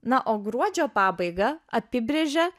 na o gruodžio pabaigą apibrėžia